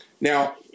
Now